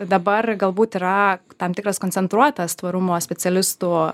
dabar galbūt yra tam tikras koncentruotas tvarumo specialistų